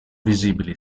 visibili